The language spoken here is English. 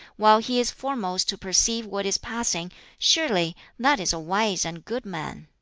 while he is foremost to perceive what is passing surely that is a wise and good man.